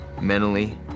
mentally